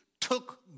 took